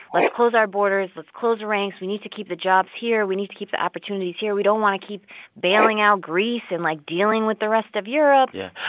let's close our borders. let's close ranks. we need to keep the jobs here. we need to keep the opportunities here. we don't want to keep bailing out greece and, like, dealing with the rest of europe yeah.